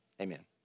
amen